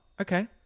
okay